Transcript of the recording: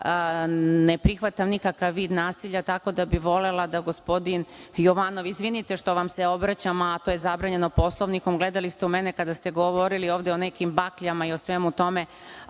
ne prihvatam nikakav vid nasilja, tako da bih volela da gospodin Jovanov, izvinite što vam se obraćam, a to je zabranjeno Poslovnikom, gledali ste u mene kada ste govorili ovde o nekim bakljama i svemu tome.